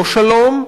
לא שלום,